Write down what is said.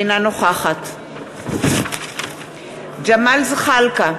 אינה נוכחת ג'מאל זחאלקה,